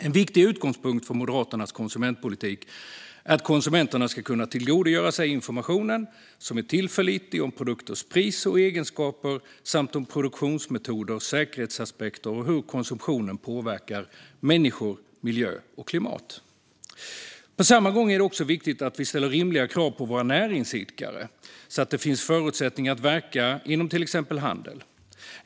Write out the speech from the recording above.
En viktig utgångspunkt för Moderaternas konsumentpolitik är att konsumenterna ska kunna tillgodogöra sig information som är tillförlitlig om produkters pris och egenskaper samt om produktionsmetoder, säkerhetsaspekter och hur konsumtionen påverkar människor, miljö och klimat. På samma gång är det också viktigt att vi ställer rimliga krav på våra näringsidkare så att det finns förutsättningar att verka inom till exempel handel.